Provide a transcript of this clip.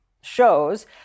shows